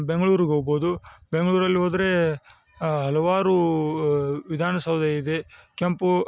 ಬೆಂಗ್ಳೂರಿಗೆ ಹೋಗ್ಬೋದು ಬೆಂಗ್ಳೂರಲ್ಲಿ ಹೋದರೆ ಹಲವಾರು ವಿಧಾನಸೌಧ ಇದೆ ಕೆಂಪು